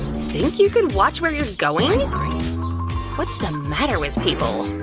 think you could watch where you're going! what's the matter with people?